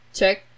check